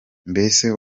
mbese